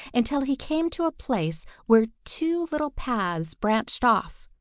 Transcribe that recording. until he came to a place where two little paths branched off,